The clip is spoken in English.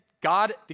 God